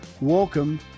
Welcome